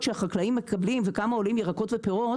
שהחקלאים מקבלים וכמה עולים ירקות ופירות,